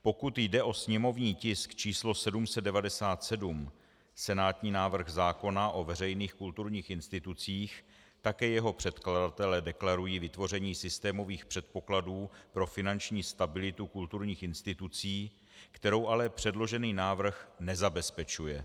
Pokud jde o sněmovní tisk číslo 797, senátní návrh zákona o veřejných kulturních institucích, také jeho předkladatelé deklarují vytvoření systémových předpokladů pro finanční stabilitu kulturních institucí, kterou ale předložený návrh nezabezpečuje.